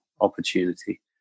opportunity